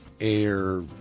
air